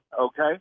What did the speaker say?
okay